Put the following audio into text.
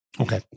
Okay